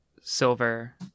silver